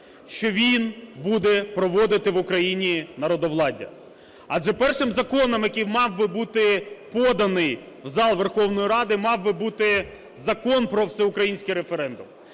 що він буде проводити в Україні народовладдя. Адже першим законом, який мав би бути поданий в зал Верховної Ради, мав би бути закон про всеукраїнський референдум.